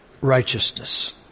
righteousness